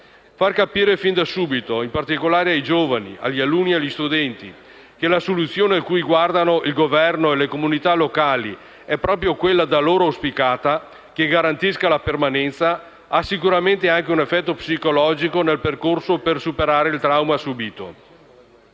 Far capire fin da subito, in particolare ai giovani e agli studenti, che la soluzione a cui guardano il Governo e le comunità locali è proprio quella da loro auspicata che garantisca la permanenza ha sicuramente anche un effetto psicologico nel percorso per superare il trauma subito.